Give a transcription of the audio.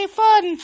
fun